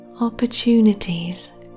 Opportunities